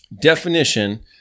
definition